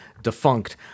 defunct